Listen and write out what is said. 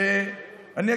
ואני,